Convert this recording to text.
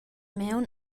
maun